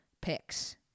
picks